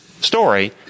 story